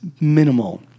minimal